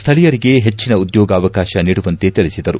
ಸ್ವಳೀಯರಿಗೆ ಹೆಚ್ಚನ ಉದ್ಯೋಗವಕಾಶ ನೀಡುವಂತೆ ತಿಳಿಸಿದರು